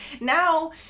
now